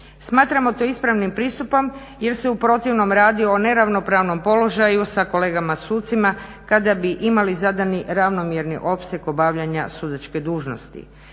Smatramo to ispravnim pristupom jer se u protivnom radi o neravnopravnom položaju sa kolegama sucima kada bi imali zadani ravnomjerni opseg obavljanja sudačke dužnosti.